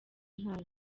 nkayo